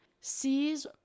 sees